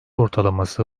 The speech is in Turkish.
ortalaması